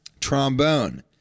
Trombone